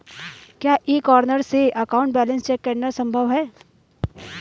क्या e corner से account balance check करना संभव है?